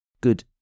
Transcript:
good